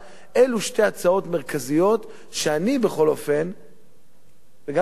אלה שתי הצעות מרכזיות שאני וגם מפלגתי,